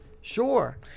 sure